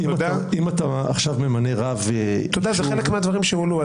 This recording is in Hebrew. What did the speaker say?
זה חלק מהדברים שהועלו.